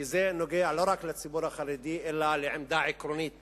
כי זה נוגע לא רק לציבור החרדי אלא לעמדה עקרונית